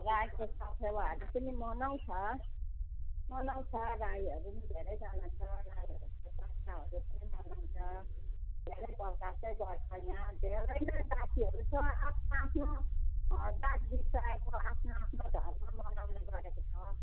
राईको साखेवाहरू पनि मनाउँछ मनाउँछ राईहरू पनि धेरैजना छ राईहरू पनि मनाउँछ धेरै प्रकारकै गर्छ यहाँ धेरै नै जातिहरू छ आफ्नो आफ्नो जातिले चाहेको आफ्नो आफ्नो धर्म मनाउने गरेको छ